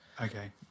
okay